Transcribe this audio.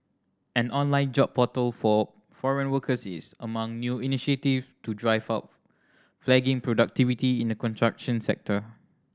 an online job portal for foreign workers is among new initiatives to drive of flagging productivity in the construction sector